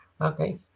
Okay